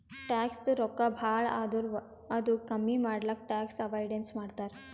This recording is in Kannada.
ಟ್ಯಾಕ್ಸದು ರೊಕ್ಕಾ ಭಾಳ ಆದುರ್ ಅದು ಕಮ್ಮಿ ಮಾಡ್ಲಕ್ ಟ್ಯಾಕ್ಸ್ ಅವೈಡನ್ಸ್ ಮಾಡ್ತಾರ್